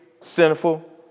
Sinful